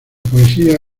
poesía